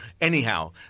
Anyhow